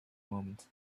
moment